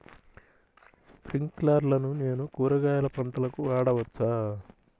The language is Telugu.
స్ప్రింక్లర్లను నేను కూరగాయల పంటలకు వాడవచ్చా?